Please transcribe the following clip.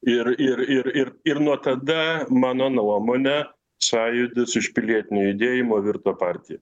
ir ir ir ir ir nuo tada mano nuomone sąjūdis iš pilietinio judėjimo virto partija